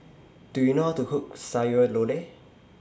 Do YOU know How to Cook Sayur Lodeh